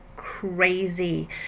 crazy